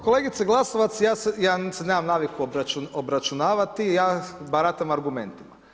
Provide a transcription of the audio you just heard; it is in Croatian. Kolega Glasovac, ja se nemam naviku obračunavati, ja baratam argumentima.